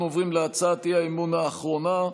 אנחנו עוברים להצעת האי-אמון האחרונה,